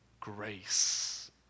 grace